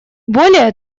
более